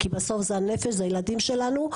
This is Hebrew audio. כי בסוף זה הנפש, זה הילדים שלנו.